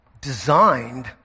designed